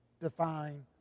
define